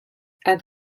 and